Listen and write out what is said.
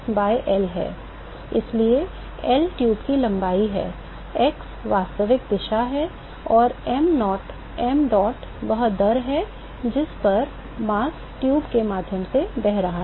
इसलिए L tube की लंबाई है x वास्तविक दिशा है और m naught m dot वह दर है जिस पर द्रव्यमान ट्यूब के माध्यम से बहरहा है